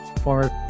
former